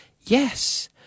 Yes